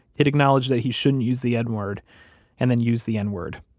he'd acknowledged that he shouldn't use the n-word and then use the n-word.